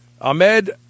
Ahmed